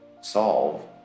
solve